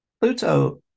Pluto